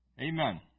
Amen